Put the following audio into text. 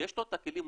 יש לו את הכלים,